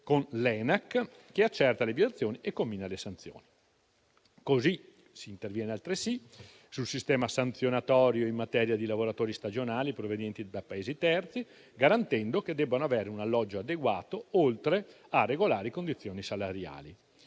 con l'ENAC, che accerta le violazioni e commina le sanzioni. Si interviene altresì sul sistema sanzionatorio in materia di lavoratori stagionali provenienti da Paesi terzi, garantendo che debbono avere un alloggio adeguato, oltre a regolari condizioni salariali.